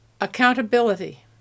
Accountability